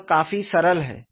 यह काफी सरल है